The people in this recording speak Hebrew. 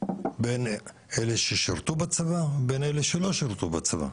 בין אלה ששירתו בצבא לבין אלה שלא שירתו בצבא.